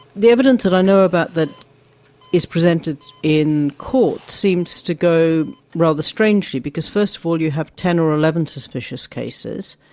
the evidence that i know about that is presented in court seems to go rather strangely because first you have ten or eleven suspicious cases.